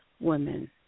women